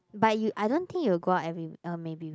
but you I don't think you will go out every week uh maybe will